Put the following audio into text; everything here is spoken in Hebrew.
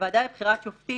לוועדה לבחירה שופטים,